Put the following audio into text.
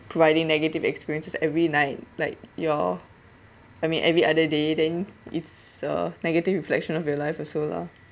providing negative experiences every night like your I mean every other day then it's a negative reflection of your life also lah